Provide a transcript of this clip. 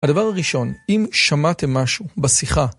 הדבר הראשון, אם שמעתם משהו בשיחה